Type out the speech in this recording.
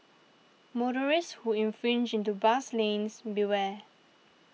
motorists who infringe into bus lanes beware